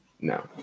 No